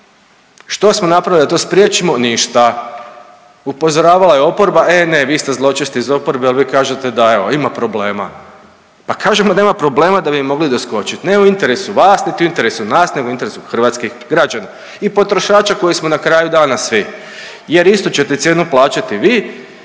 Što smo napravili da to spriječimo? Ništa. Upozoravala je oporba, e ne, vi ste zločesti iz oporbe jer vi kažete da evo, ima problema. Pa kažemo da imam problema da bi mogli doskočiti, ne u interesu vas ni u interesu nas nego interesu hrvatskih građana i potrošača koji smo na kraju dana, svi jer istu ćete cijenu plaćati vi